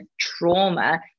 trauma